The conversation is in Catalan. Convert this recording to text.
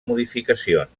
modificacions